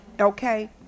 okay